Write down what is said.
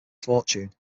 fortune